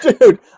dude